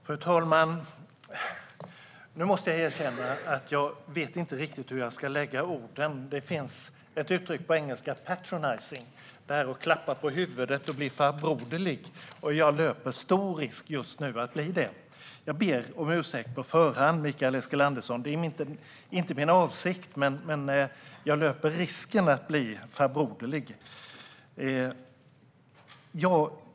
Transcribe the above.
Fru talman! Jag måste erkänna att jag inte riktigt vet hur jag ska lägga orden. Det finns ett uttryck på engelska, patronizing, för att klappa på huvudet och bli farbroderlig. Jag löper just nu stor risk att bli det. Jag ber om ursäkt på förhand, Mikael Eskilandersson. Det är inte min avsikt, men jag löper risken att bli farbroderlig.